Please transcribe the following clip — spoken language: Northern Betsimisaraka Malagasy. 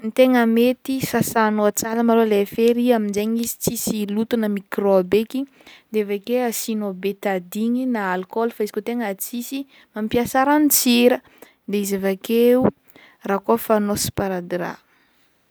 Ny tegna mety sasanao tsara malôha le fery amin'jaigny izy tsisy loto na mikraoba eky de avake asianao betadiny na alkôla fa izy ko tegna tsisymampiasa ranon-tsira de izy avakeo rakôfanao sparadrap.